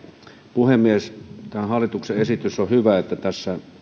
puhemies tämä hallituksen esitys on hyvä tässä